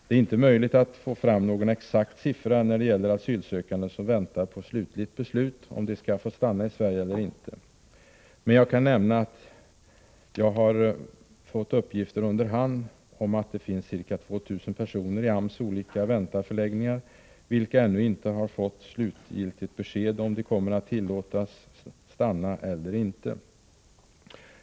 Det är inte möjligt att få fram någon exakt siffra när det gäller asylsökande som väntar på slutligt beslut om huruvida de skall få stanna i Sverige eller inte. Men jag kan nämna att jag under hand fått uppgifter om att det för närvarande finns ca 2 000 personer i AMS olika ”väntar”-förläggningar, vilka ännu inte fått slutligt besked om huruvida de kommer att tillåtas stanna eller inte.